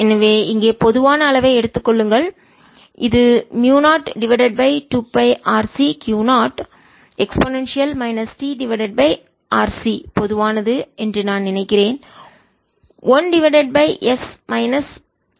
எனவே இங்கே பொதுவான அளவை எடுத்துக் கொள்ளுங்கள் இது மியூ0 டிவைடட் பை 2பை R C Q 0 e t RC பொதுவானது என்று நான் நினைக்கிறேன் 1 divided by s minus s divided by a 2 pi cap என்று கிடைக்கும்